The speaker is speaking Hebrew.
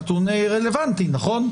אבל הנתון הוא רלוונטי נכו?